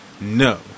No